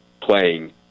playing